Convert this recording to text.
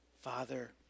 Father